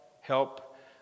help